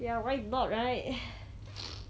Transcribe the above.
ya why not right